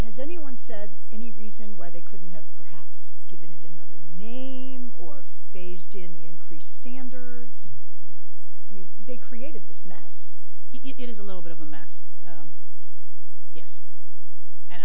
as anyone said any reason why they couldn't have perhaps given another name or phased in the increased standards i mean they created this mess it is a little bit of a mess